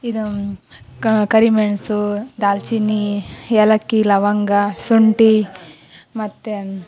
ಇದು ಕರಿಮೆಣಸು ದಾಲ್ಚಿನ್ನಿ ಏಲಕ್ಕಿ ಲವಂಗ ಶುಂಠಿ ಮತ್ತು